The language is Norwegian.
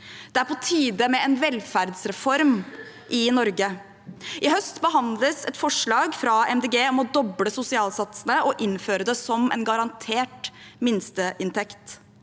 Det er på tide med en velferdsreform i Norge. I høst behandles et forslag fra Miljøpartiet De Grønne om å doble sosialsatsene og innføre det som en garantert minsteinntekt.